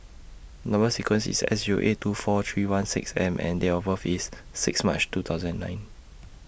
Number sequence IS S Zero eight two four three one six M and Date of birth IS six March two thousand nine